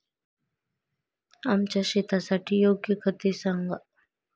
आमच्या शेतासाठी योग्य खते सांगा